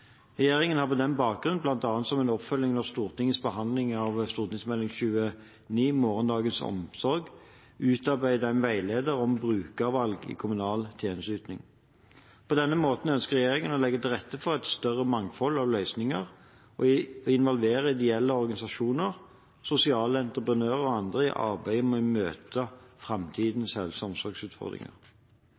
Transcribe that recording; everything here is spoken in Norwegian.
Regjeringen har på den bakgrunn, bl.a. som en oppfølging av Stortingets behandling av Meld. St. 29 for 2012–2013, Morgendagens omsorg, utarbeidet en veileder om brukervalg i kommunal tjenesteyting. På denne måten ønsker regjeringen å legge til rette for et større mangfold av løsninger og involvere ideelle organisasjoner, sosiale entreprenører og andre i arbeidet med å møte framtidens helse- og omsorgsutfordringer.